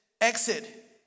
exit